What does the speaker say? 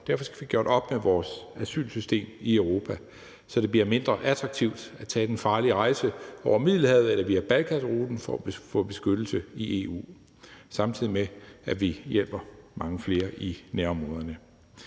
Derfor skal vi have gjort op med vores asylsystem i Europa, så det bliver mindre attraktivt at tage den farlige rejse over Middelhavet eller via Balkanruten for at få beskyttelse i EU, samtidig med at vi hjælper mange flere i nærområderne.